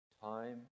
time